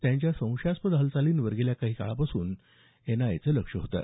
त्यांच्या संशयास्पद हालचालींवर गेल्या काही काळापासून एनआयएचं लक्ष होतं